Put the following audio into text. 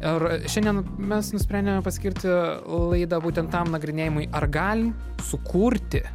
ir šiandien mes nusprendėme paskirti laidą būtent tam nagrinėjimui ar gal sukurti